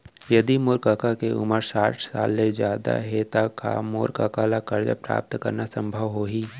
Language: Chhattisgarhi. यदि मोर कका के उमर साठ साल ले जादा हे त का मोर कका ला कर्जा प्राप्त करना संभव होही